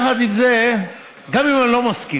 יחד עם זה, גם אם אני לא מסכים,